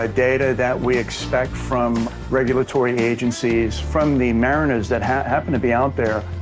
ah data that we expect from regulatory agencies from the mariners that happen to be out there.